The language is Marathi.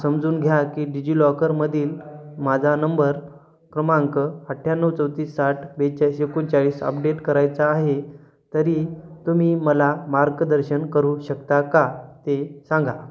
समजून घ्या की डिजिलॉकरमधील माझा नंबर क्रमांक अठ्ठ्यान्णव चौतीस साठ बेचाळीस एकोणचाळीस अपडेट करायचा आहे तरी तुम्ही मला मार्गदर्शन करू शकता का ते सांगा